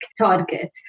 target